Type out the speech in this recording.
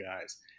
guys